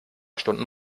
stunden